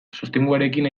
sostenguarekin